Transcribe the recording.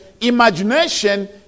Imagination